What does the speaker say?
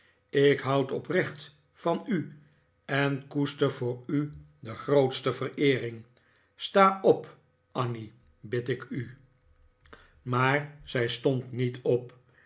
ik houd oprecht van u en koester voor u de grootste vereering sta op annie bid ik u maar zij stond niet op